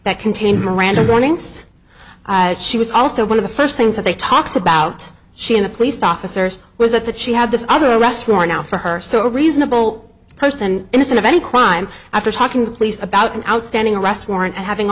that contained miranda warnings she was also one of the first things that they talked about she in the police officers was that that she had this other arrest warrant out for her so reasonable person innocent of any crime after talking to police about an outstanding arrest warrant and having